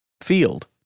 field